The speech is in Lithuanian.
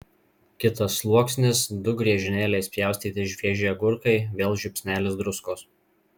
kitas sluoksnis du griežinėliais pjaustyti švieži agurkai vėl žiupsnelis druskos